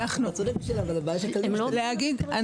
להגיד,